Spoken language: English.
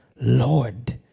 lord